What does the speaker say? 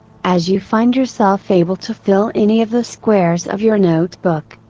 as you find yourself able to fill any of the squares of your notebook,